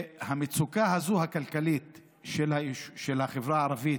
והמצוקה הכלכלית של החברה הערבית,